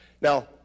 Now